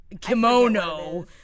Kimono